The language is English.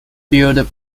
build